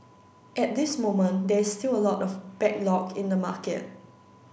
at this moment there is still a lot of backlog in the market